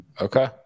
Okay